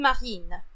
Marine